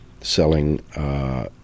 selling